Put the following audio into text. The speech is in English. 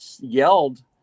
yelled